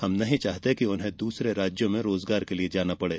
हम नहीं चाहते कि उन्हें दूसरे राज्यों में रोजगार के लिए जाना पड़े